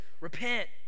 repent